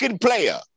player